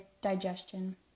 digestion